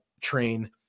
train